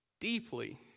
deeply